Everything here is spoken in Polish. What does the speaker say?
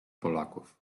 polaków